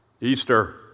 Easter